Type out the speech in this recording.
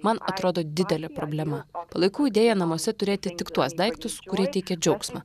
man atrodo didelė problema palaikau idėją namuose turėti tik tuos daiktus kurie teikia džiaugsmą